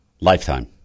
Lifetime